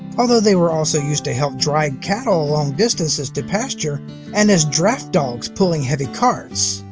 although they were also used to help drive cattle long distances to pasture and as drafting dogs, pulling heavy carts.